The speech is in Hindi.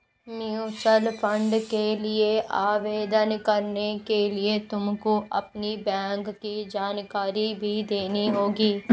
म्यूचूअल फंड के लिए आवेदन करने के लिए तुमको अपनी बैंक की जानकारी भी देनी होगी